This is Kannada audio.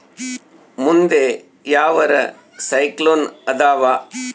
ಮುಂದೆ ಯಾವರ ಸೈಕ್ಲೋನ್ ಅದಾವ?